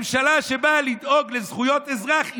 ממשלה שבאה לדאוג לזכויות אזרח,